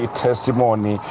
testimony